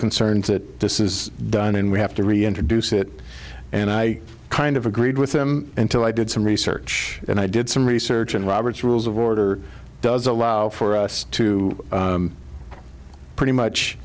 concerns that this is done and we have to reintroduce it and i kind of agreed with him until i did some research and i did some research and robert's rules of order does allow for us to pretty much